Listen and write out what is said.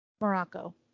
Morocco